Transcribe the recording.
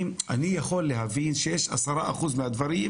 אני לא אהיה כמה מכם מצויים בזירה הזו,